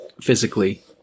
physically